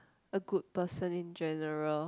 a good person in general